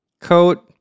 Coat